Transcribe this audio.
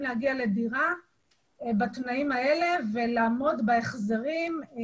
להגיע לדירה בתנאים האלה ולעמוד בהחזרים.